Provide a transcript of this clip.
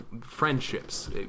friendships